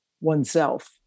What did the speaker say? oneself